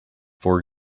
for